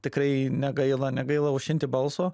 tikrai negaila negaila aušinti balso